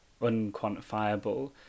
unquantifiable